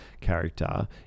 character